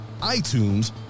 iTunes